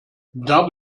darf